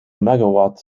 megawatt